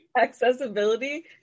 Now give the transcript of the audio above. accessibility